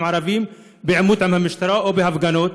ערבים בעימות עם המשטרה או בהפגנות?